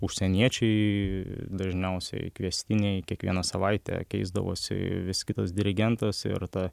užsieniečiai dažniausiai kviestiniai kiekvieną savaitę keisdavosi vis kitas dirigentas ir ta